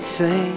say